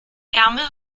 ärmel